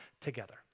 together